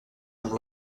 amb